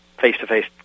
face-to-face